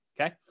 okay